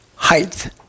height